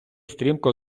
стрімко